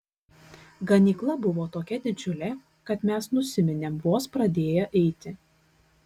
ganykla buvo tokia didžiulė kad mes nusiminėm vos pradėję eiti